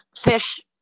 fish